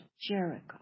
Jericho